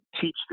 teach